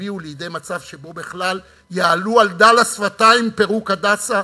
יביאו לידי מצב שבו בכלל יעלו על דל השפתיים את פירוק "הדסה",